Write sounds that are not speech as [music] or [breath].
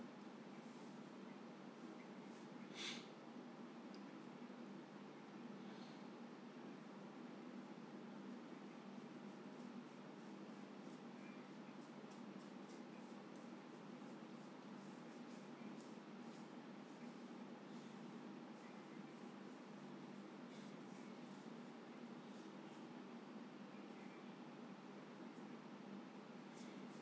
[breath]